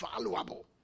valuable